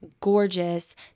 gorgeous